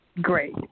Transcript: Great